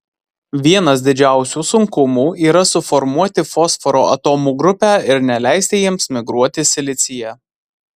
vienas didžiausių sunkumų yra suformuoti fosforo atomų grupę ir neleisti jiems migruoti silicyje